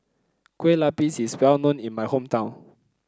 Kueh Lapis is well known in my hometown